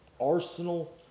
Arsenal